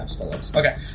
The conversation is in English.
Okay